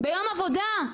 ביום עבודה.